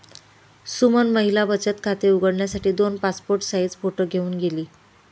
सुमन महिला बचत खाते उघडण्यासाठी दोन पासपोर्ट साइज फोटो घेऊन गेली